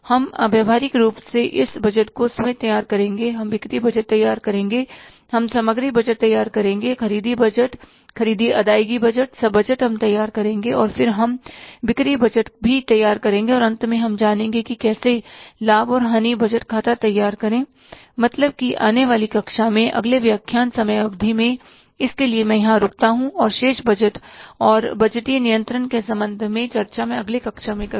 हम व्यावहारिक रूप से इस बजट को स्वयं तैयार करेंगे हम बिक्री बजट तैयार करेंगे हम सामग्री बजट तैयार करेंगे खरीदी बचत खरीदी अदायगी बजट सब बजट हम तैयार करेंगे और फिर हम बिक्री बजट भी तैयार करेंगे और अंत में हम जानेंगे कि कैसे लाभ और हानि बजट खाता तैयार करें मतलब कि आने बाली कक्षा में अगले व्याख्यान समय अवधि में इसके लिए मैं यहां रुकता हूं और शेष बजट और बजटीय नियंत्रण के संबंध में चर्चा मैं अगली कक्षा में करूंगा